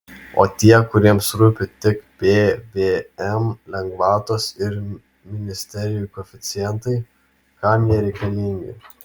o tie kuriems rūpi tik pvm lengvatos ir ministerijų koeficientai kam jie reikalingi